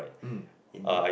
mm indeed